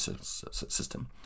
system